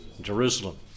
Jerusalem